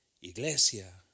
iglesia